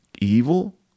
evil